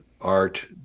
art